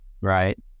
right